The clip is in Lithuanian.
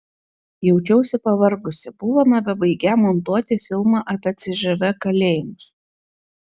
jaučiausi pavargusi buvome bebaigią montuoti filmą apie cžv kalėjimus